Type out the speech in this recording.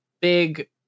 Big